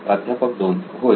प्राध्यापक 2 होय